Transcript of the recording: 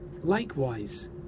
likewise